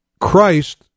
Christ